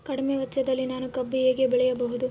ಕಡಿಮೆ ವೆಚ್ಚದಲ್ಲಿ ನಾನು ಕಬ್ಬು ಹೇಗೆ ಬೆಳೆಯಬಹುದು?